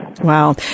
Wow